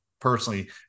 personally